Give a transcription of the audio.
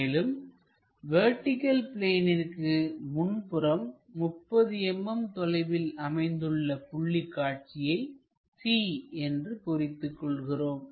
மேலும் வெர்டிகள் பிளேனிற்கு முன்புறம் 30 mm தொலைவில் அமைந்துள்ள புள்ளி காட்சிக்கு c என்று குறித்துக் கொள்கிறோம்